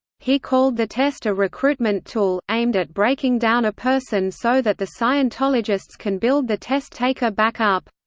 he called the test a recruitment tool, aimed at breaking down a person so that the scientologists can build the test-taker back up.